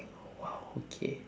!wow! okay